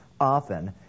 often